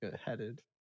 headed